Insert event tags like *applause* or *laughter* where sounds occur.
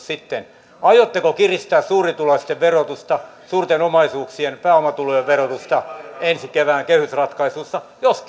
*unintelligible* sitten aiotteko kiristää suurituloisten verotusta suurten omaisuuksien pääomatulojen verotusta ensi kevään kehysratkaisussa jos *unintelligible*